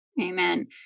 Amen